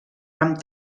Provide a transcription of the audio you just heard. ram